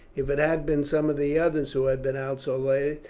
if it had been some of the others who had been out so late,